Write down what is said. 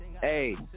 Hey